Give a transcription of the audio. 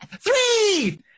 three